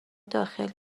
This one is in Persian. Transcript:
داخل